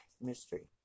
Mystery